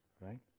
right